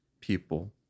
people